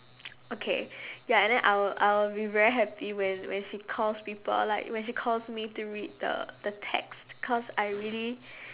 okay ya and then I will I will be very happy when when she calls people like when she calls me to read the the text cause I really